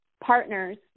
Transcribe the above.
partners